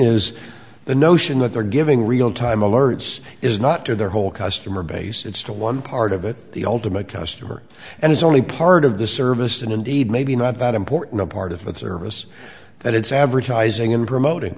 is the notion that they're giving realtime alerts is not to their whole customer base it's to one part of it the ultimate customer and is only part of the service and indeed maybe not that important part of the service that it's advertising and promoting